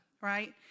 right